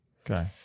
Okay